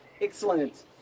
excellent